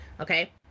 Okay